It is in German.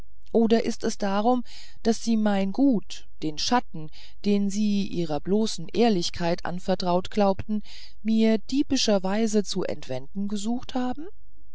oder ist es darum daß sie mein gut den schatten den sie ihrer bloßen ehrlichkeit anvertraut glaubten mir diebischer weise zu entwenden gesucht haben